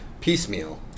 piecemeal